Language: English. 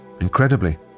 Incredibly